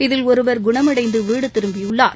இதில் ஒருவர் குணமடந்து வீடு திரும்பியுள்ளார்